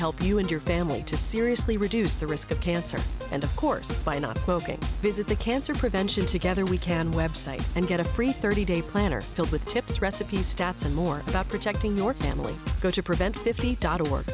help you and your family to seriously reduce the risk of cancer and of course by not smoking visit the cancer prevention together we can website and get a free thirty day planner filled with tips recipes stats and more about protecting your family go to prevent